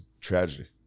tragedy